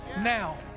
now